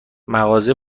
مغازه